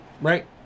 Right